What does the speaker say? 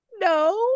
No